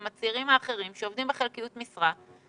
שעובדים בחלקיות משרה,